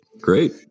Great